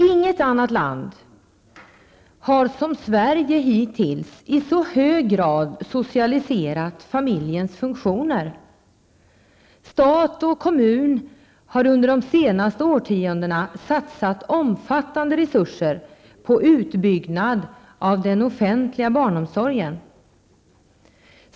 Inget annat land har som Sverige hittills i så hög grad socialiserat familjens funktioner. Stat och kommun har under de senaste årtiondena satsat omfattande resurser på en utbyggnad av den offentliga barnomsorgen.